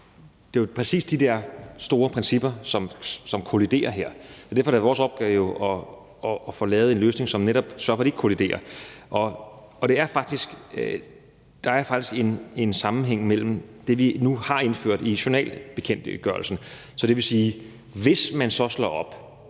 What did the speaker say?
Det er jo præcis de der store principper, som kolliderer her, og derfor er det vores opgave at få lavet en løsning, hvor de ikke kolliderer. Der er faktisk en sammenhæng med det, vi nu har indført i journalbekendtgørelsen, så det vil sige, at hvis man, når den